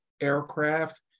aircraft